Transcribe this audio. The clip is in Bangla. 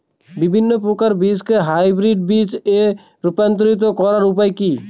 বিভিন্ন প্রকার বীজকে হাইব্রিড বীজ এ রূপান্তরিত করার উপায় কি?